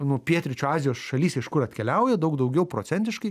nu pietryčių azijos šalyse iš kur atkeliauja daug daugiau procentiškai